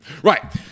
Right